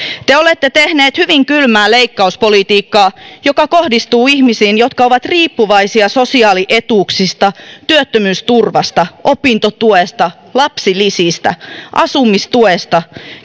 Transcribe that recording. te olette tehneet hyvin kylmää leikkauspolitiikkaa joka kohdistuu ihmisiin jotka ovat riippuvaisia sosiaalietuuksista työttömyysturvasta opintotuesta lapsilisistä asumistuesta